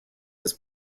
his